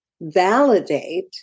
validate